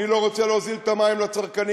מי לא רוצה להוזיל את המים לצרכנים?